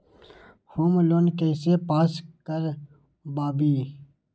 Home loan कैसे pass कर बाबई?